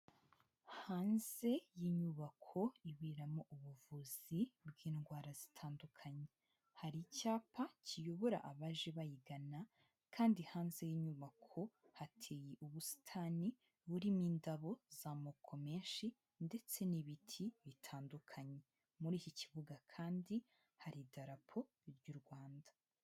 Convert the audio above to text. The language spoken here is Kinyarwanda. Hanze y'inyubako iberamo ubuvuzi bw'indwara zitandukanye. Hari icyapa kiyobora abaje bayigana kandi hanze y'inyubako hateye ubusitani burimo indabo z'amoko menshi ndetse n'ibiti bitandukanye. Muri iki kibuga kandi hari idarapo ry'u Rwanda.